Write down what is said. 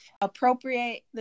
appropriate